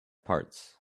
parts